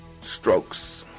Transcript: strokes